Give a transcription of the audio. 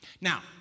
Now